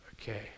Okay